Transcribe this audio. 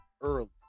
early